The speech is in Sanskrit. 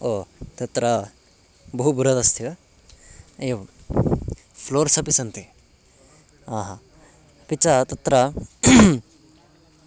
ओ तत्र बहु बृहदस्ति वा एवं फ़्लोर्स् अपि सन्ति आह अपि च तत्र